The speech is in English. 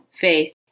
FAITH